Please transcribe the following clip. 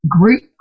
Group